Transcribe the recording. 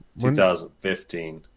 2015